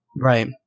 Right